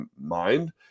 mind